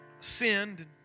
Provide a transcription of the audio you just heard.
sinned